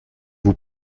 vous